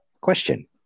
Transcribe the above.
question